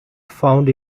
found